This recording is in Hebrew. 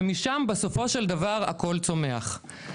ומשם בסופו של דבר הכול צומח.